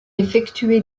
effectué